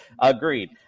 agreed